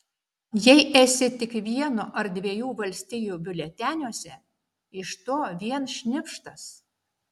jei esi tik vieno ar dviejų valstijų biuleteniuose iš to vien šnipštas